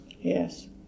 Yes